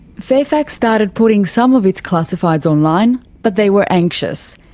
fairfax started putting some of its classifieds online, but they were anxious.